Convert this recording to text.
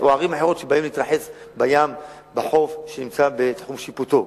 שבאים להתרחץ בים שנמצא בתחום שיפוטו.